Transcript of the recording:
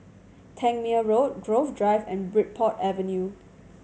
Tangmere Road Grove Drive and Bridport Avenue